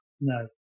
No